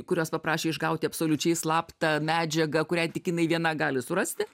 kurios paprašė išgauti absoliučiai slaptą medžiagą kurią tik jinai viena gali surasti